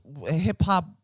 hip-hop